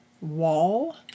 wall